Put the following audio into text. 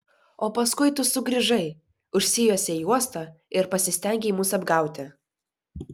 o paskui tu sugrįžai užsijuosei juostą ir pasistengei mus apgauti